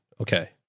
Okay